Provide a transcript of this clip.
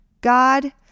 God